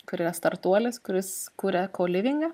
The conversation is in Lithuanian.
kur yra startuolis kuris kuria kolivingą